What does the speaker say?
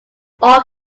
all